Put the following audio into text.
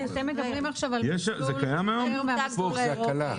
אתם מדברים עכשיו על מסלול אחר מהמסלול האירופי.